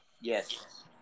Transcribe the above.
Yes